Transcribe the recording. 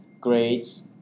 grades